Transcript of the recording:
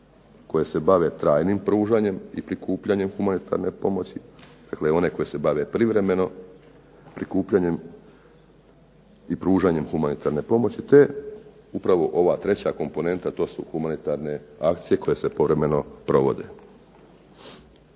koje se bave trajnim pružanjem i prikupljanjem humanitarne pomoći, dakle one koje se bave privremeno prikupljanjem i pružanjem humanitarne pomoći te upravo ova 3 komponenta, to su humanitarne akcije koje se povremeno provode.